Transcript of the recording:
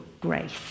grace